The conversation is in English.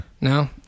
No